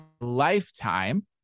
lifetime